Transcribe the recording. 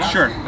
Sure